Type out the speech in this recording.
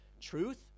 truth